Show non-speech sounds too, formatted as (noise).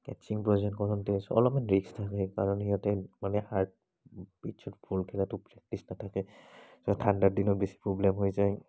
catching (unintelligible) কৰোঁতে অলপ মান ৰিস্ক থাকে সেইকাৰণে সিহঁতে মানে হাৰ্ড পিট্চত বল খেলাটো প্ৰেক্টিচ নাথাকে ছ' ঠাণ্ডাৰ দিনত বেছি প্ৰব্লেম হৈ যায়